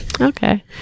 Okay